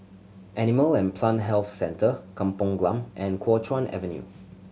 Animal and Plant Health Centre Kampong Glam and Kuo Chuan Avenue